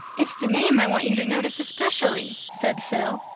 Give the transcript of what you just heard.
it's the name i want you to notice especially, said phil.